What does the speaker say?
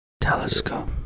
Telescope